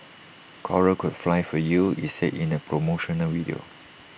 cora could fly for you IT said in A promotional video